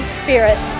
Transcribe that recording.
spirit